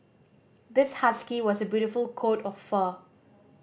this husky was a beautiful coat of fur